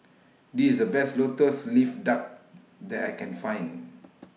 This The Best Lotus Leaf Duck that I Can Find